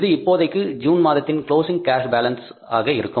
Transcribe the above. இது இப்போதைக்கு ஜூன் மாதத்தின் க்ளோஸிங் கேஷ் பாலன்ஸ் ஆக இருக்கும்